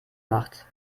macht